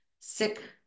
sick